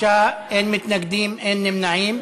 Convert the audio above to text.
בעד, 26, אין מתנגדים, אין נמנעים.